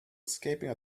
escaping